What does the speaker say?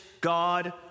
God